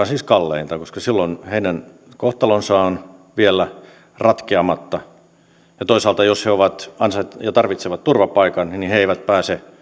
siis kalleinta koska silloin heidän kohtalonsa on vielä ratkeamatta toisaalta jos he tarvitsevat turvapaikan he eivät pääse